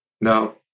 now